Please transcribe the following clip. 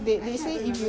third